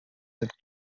that